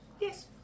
yes